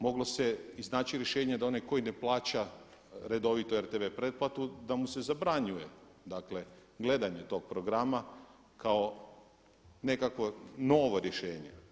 Moglo se iznaći rješenje da onaj koji ne plaća redovito RTV pretplatu da mu se zabranjuje gledanje tog programa kao nekakvo novo rješenje.